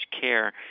care